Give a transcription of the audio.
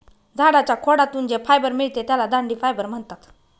झाडाच्या खोडातून जे फायबर मिळते त्याला दांडी फायबर म्हणतात